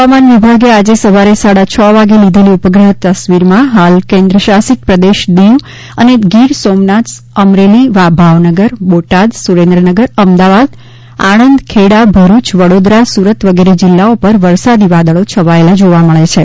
હવામાન વિભાગે આજે સવારે સાડા છ વાગે લીઘેલી ઉપગ્રહ્ઠ તસવીરમાં હાલ કેન્દ્ર શાસિત પ્રદેશ દીવ અને ગીર સોમનાથ અમરેલી ભાવનગર બોટાદ સુરેન્દ્રનગર અમદાવાદ આણંદ ખેડા ભરૂચ વડોદરા સુરત વગેરે જિલ્લાઓ પર વરસાદી વાદળો છવાયેલાં જોવા મળે છે